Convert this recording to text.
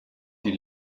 die